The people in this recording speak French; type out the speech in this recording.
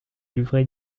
livrée